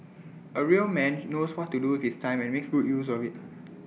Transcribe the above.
A real man knows what to do with his time and makes good use of IT